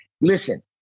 Listen